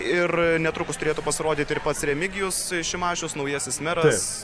ir netrukus turėtų pasirodyti ir pats remigijus šimašius naujasis meras